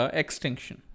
extinction